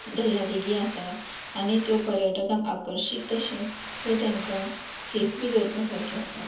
दर्यादेगी आसा आनी त्यो पर्यटकांक आकर्शीत तशेंच तें तेंका सेफ बी दवरपा सारकें आसात